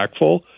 impactful